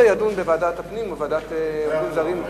יידון בוועדת הפנים או בוועדה לעובדים זרים.